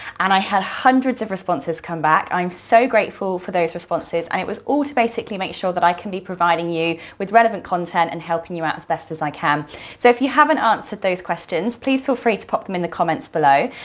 and i had hundreds of responses come back. i am so grateful for those responses and it was all basically to make sure that i can be providing you with relevant content and helping you out as best as i can. so if you haven't answered those questions, please feel free to pop them in the comments below.